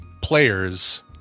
players